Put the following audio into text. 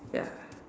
ya